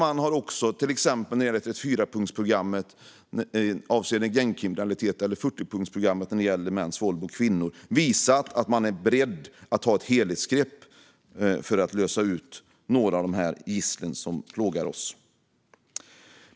Man har också till exempel när det gäller 34punktsprogrammet avseende gängkriminalitet och 40-punktsprogrammet gällande mäns våld mot kvinnor visat att man är beredd att ta ett helhetsgrepp för att komma till rätta med några av dessa gissel som plågar oss.